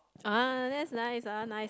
ah that's nice ah nice